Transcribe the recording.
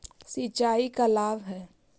सिंचाई का लाभ है?